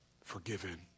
Forgiven